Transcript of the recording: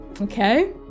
Okay